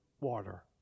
water